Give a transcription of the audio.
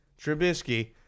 Trubisky